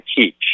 teach